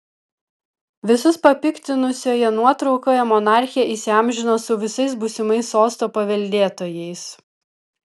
visus papiktinusioje nuotraukoje monarchė įsiamžino su visais būsimais sosto paveldėtojais